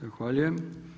Zahvaljujem.